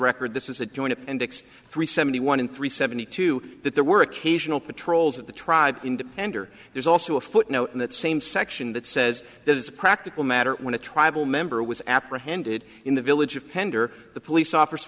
record this is a joint appendix three seventy one in three seventy two that there were occasional patrols of the tribe indeed and her there's also a footnote in that same section that says that as a practical matter when a tribal member was apprehended in the village of pender the police officer